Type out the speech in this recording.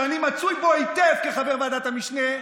שאני מצוי בו היטב כחבר ועדת המשנה,